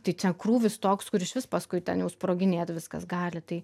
tai čia krūvis toks kur išvis paskui ten jau sproginėt viskas gali tai